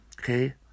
Okay